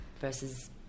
versus